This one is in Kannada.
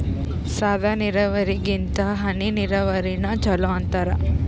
ಸಾದ ನೀರಾವರಿಗಿಂತ ಹನಿ ನೀರಾವರಿನ ಚಲೋ ಅಂತಾರ